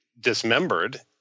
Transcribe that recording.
dismembered